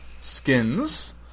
Skins